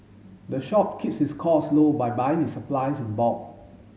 the shop keeps its costs low by buying its supplies in bulk